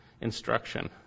instruction